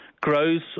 grows